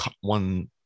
one